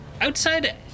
Outside